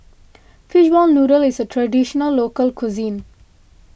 Fishball Noodle is a Traditional Local Cuisine